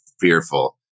fearful